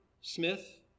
Smith